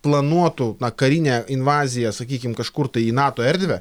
planuotų na karinę invaziją sakykim kažkur tai į nato erdvę